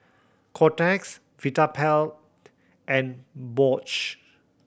Kotex Vitapet and Bosch